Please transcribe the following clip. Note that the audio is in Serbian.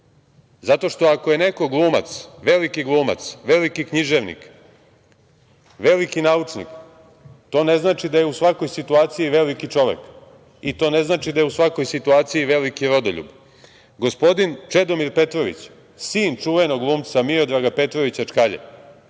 zato što ako je neko veliki glumac, veliki književnik, veliki naučnik, to ne znači da je u svakoj situaciji veliki čovek i to ne znači da je u svakoj situaciji veliki rodoljub. Gospodin Čedomir Petrović, sin čuvenog glumca Miodraga Petrovića Čkalje,